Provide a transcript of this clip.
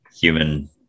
human